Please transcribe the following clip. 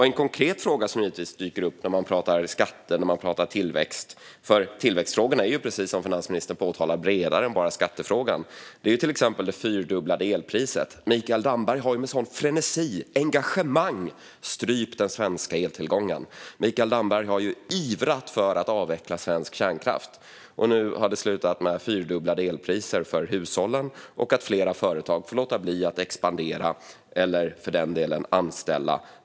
En konkret fråga som dyker upp när man pratar om skatter och tillväxt - för tillväxtfrågorna är ju, precis som finansministern påpekar, bredare är bara skattefrågan - är det fyrdubblade elpriset. Mikael Damberg har med frenesi och engagemang strypt den svenska eltillgången. Mikael Damberg har ivrat för att avveckla svensk kärnkraft. Nu har det slutat med fyrdubblade elpriser för hushållen och att flera företag får låta bli att expandera eller anställa.